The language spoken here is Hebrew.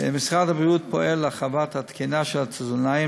משרד הבריאות פועל להרחבת התקינה של התזונאים